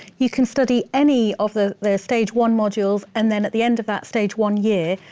you can study any of the the stage one modules, and then at the end of that stage one year,